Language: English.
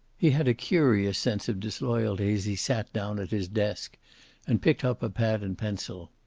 he had a curious sense of disloyalty as he sat down at his desk and picked up a pad and pencil.